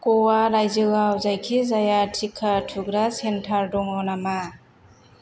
ग'वा रायजोआव जायखिजाया टिका थुग्रा सेन्टार दङ नामा